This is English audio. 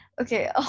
Okay